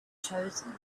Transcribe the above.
chosen